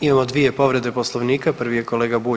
Imamo dvije povrede Poslovnika, prvi je kolega Bulj.